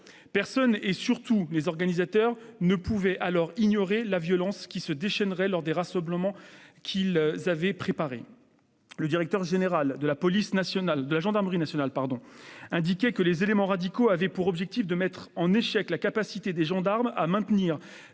Personne, et surtout pas les organisateurs, ne pouvait alors ignorer la violence qui se déchaînerait lors du rassemblement qu'ils avaient préparé. Le directeur général de la gendarmerie nationale a indiqué que les éléments radicaux avaient pour objectif de « mettre en échec la capacité des gendarmes à maintenir